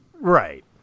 right